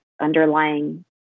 underlying